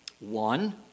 One